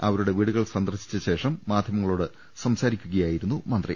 അവരുടെ വീടുകൾ സന്ദർശിച്ച ശേഷം മാധ്യമങ്ങളോട് സംസാരിക്കുകയായിരുന്നു മന്ത്രി